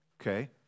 Okay